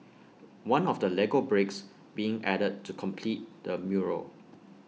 one of the Lego bricks being added to complete the mural